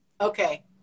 okay